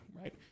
right